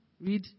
read